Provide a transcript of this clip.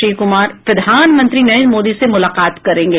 श्री कुमार प्रधानमंत्री नरेन्द्र मोदी से मुलाकात करेंगे